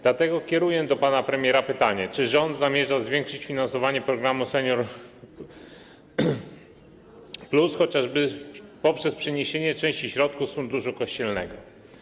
Dlatego kieruję do pana premiera pytanie: Czy rząd zamierza zwiększyć finansowanie programu „Senior+”, chociażby poprzez przeniesienie części środków z Funduszu Kościelnego?